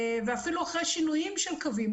ואפילו אחרי שינויים של קווים,